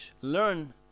learn